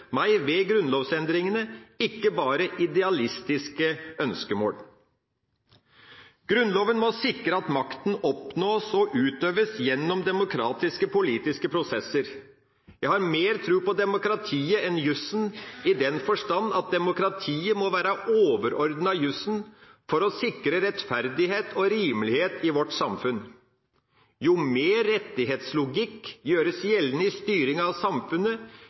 meg ved grunnlovsendringene, ikke bare idealistiske ønskemål. Grunnloven må sikre at makten oppnås og utøves gjennom demokratiske, politiske prosesser. Jeg har mer tro på demokratiet enn på jussen, i den forstand at demokratiet må være overordnet jussen for å sikre rettferdighet og rimelighet i vårt samfunn. Jo mer rettighetslogikk som gjøres gjeldende i styringen av samfunnet,